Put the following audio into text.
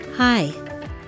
Hi